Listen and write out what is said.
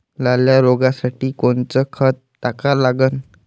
लाल्या रोगासाठी कोनचं खत टाका लागन?